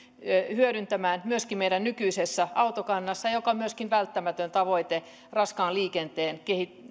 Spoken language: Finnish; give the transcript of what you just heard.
hyödyntämään myöskin meidän nykyisessä autokannassa ja joka on myöskin välttämätön tavoite raskaan liikenteen